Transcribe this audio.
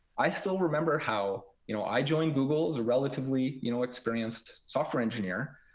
i still remember how you know i joined google as a relatively you know experienced software engineer.